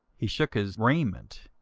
he shook his raiment,